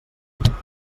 bernat